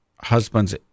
husband's